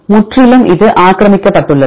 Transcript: முற்றிலும் இது ஆக்கிரமிக்கப்பட்டுள்ளது